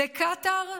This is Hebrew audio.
לקטאר?